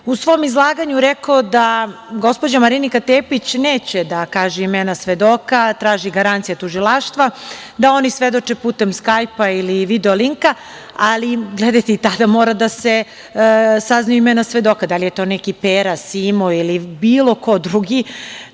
u svom izlaganju rekao da gospođa Marinika Tepić neće da kaže imena svedoka, traži garancije tužilaštva da oni svedoče putem skajpa ili video-linka, ali gledajte, i tada moraju da se saznaju imena svedoka, da li je to neki Pera, Simo ili bilo ko drugi.